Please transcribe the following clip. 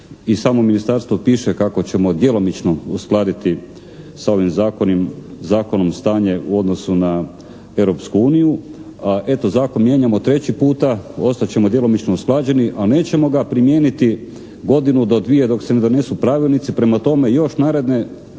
i samo ministarstvo piše kako ćemo djelomično uskladiti sa ovim zakonom stanje u odnosu na Europsku uniju a eto zakon mijenjamo treći puta, ostat ćemo djelomično usklađeni a nećemo ga primijeniti godinu do dvije, dok se ne donesu pravilnici. Prema tome, još naredne